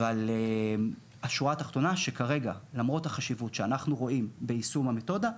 אבל השורה התחתונה שכרגע למרות החשיבות שאנחנו רואים ביישום המתודה,